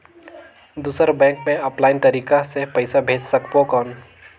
दुसर बैंक मे ऑफलाइन तरीका से पइसा भेज सकबो कौन?